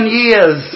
years